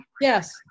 Yes